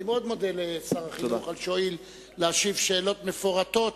אני מאוד מודה לשר החינוך על שהואיל להשיב תשובות מפורטות